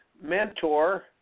mentor